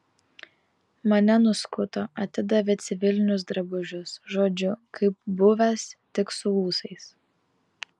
mane nuskuto atidavė civilinius drabužius žodžiu kaip buvęs tik su ūsais